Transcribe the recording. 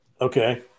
Okay